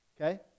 okay